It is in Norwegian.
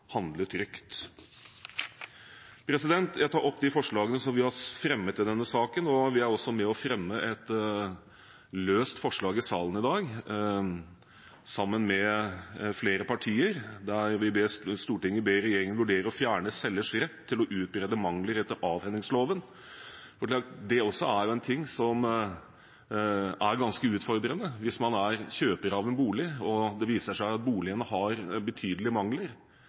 handle trygt. Vi har altså fremmet representantforslaget i denne saken, og vi fremmer også, sammen med flere partier, et løst forslag i salen i dag, der Stortinget ber regjeringen vurdere å fjerne selgers rett til å utbedre mangler etter avhendingsloven. For dette er også en ting som er ganske utfordrende: Hvis man er kjøper av en bolig og det viser seg at boligen har betydelige mangler,